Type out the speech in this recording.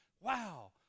Wow